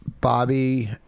Bobby